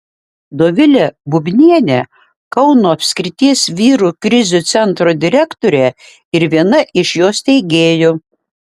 dovilė bubnienė kauno apskrities vyrų krizių centro direktorė ir viena iš jo steigėjų